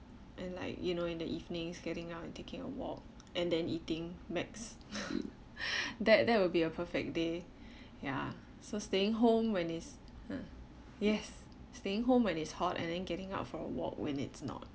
and like you know in the evenings getting out and taking a walk and then eating macs that that will be a perfect day ya so staying home when is uh yes staying home when it's hot and then getting out for a walk when it's not